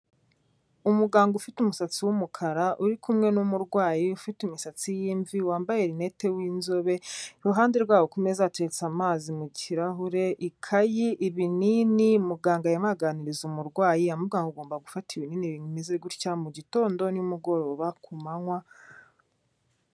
Umuganga ufite umusatsi w'umukara uri kumwe n'umurwayi ufite imisatsi y'imvi wambaye rinete w'inzobe, iruhande rwabo ku meza hateretse amazi mu kirahure, ikayi ibinini, muganga arimo araganiriza umurwayi amubwira ngo ugomba gufata ibinini bimeze gutya, mugitondo, nimugoroba ku manywa...